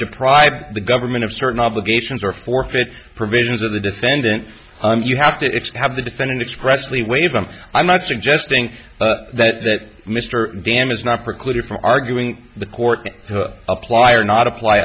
deprive the government of certain obligations or forfeit provisions of the defendant you have to have the defendant expressly waive them i'm not suggesting that mr dam is not precluded from arguing the court may apply or not apply